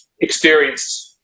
experienced